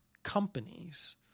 companies